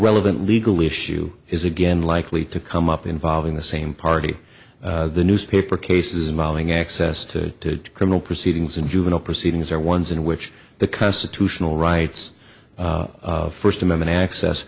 relevant legal issue is again likely to come up involving the same party the newspaper cases involving access to criminal proceedings in juvenile proceedings or ones in which the constitutional rights first amendment access